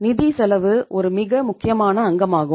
நிதி செலவு ஒரு மிக முக்கியமான அங்கமாகும்